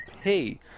pay